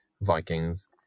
Vikings